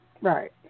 Right